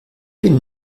bin